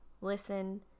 listen